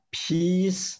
peace